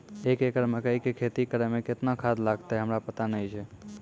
एक एकरऽ मकई के खेती करै मे केतना खाद लागतै हमरा पता नैय छै?